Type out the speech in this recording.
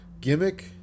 gimmick